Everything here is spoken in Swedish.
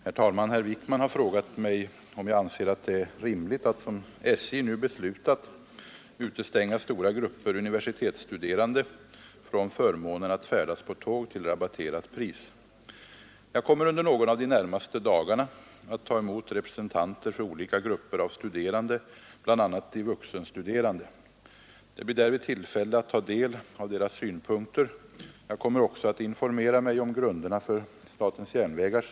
Herr talman! Herr Wijkman har frågat mig om jag anser att det är rimligt att, som SJ nu beslutat, utestänga stora grupper universitetsstuderande från förmånen att färdas på tåg till rabatterat pris. Jag kommer under någon av de närmaste dagarna att ta emot representanter för olika grupper av studerande, bl.a. de vuxenstuderande. Det blir därvid tillfälle att ta del av deras synpunkter, Jag kommer också att informera mig om grunderna för SJ:s ställningstagande.